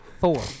four